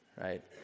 right